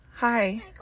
Hi